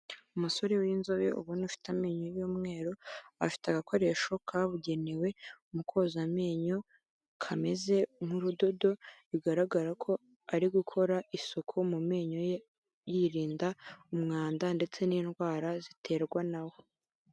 Umusore w'inzobe ubona ufite amenyo y'umweru, afite agakoresho kabugenewe mu koza amenyo, kameze nk'urudodo bigaragara ko ari gukora isuku mu menyo ye, yirinda umwanda ndetse n'indwara ziterwa na wo.